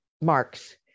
marks